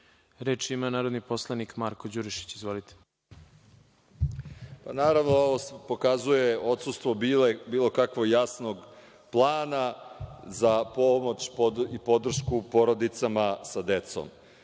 Reč ima narodni poslanik Marko Đurišić. Izvolite. **Marko Đurišić** Naravno, ovo pokazuje odsustvo bilo kakvog jasnog plana za pomoć i podršku porodicama sa decom.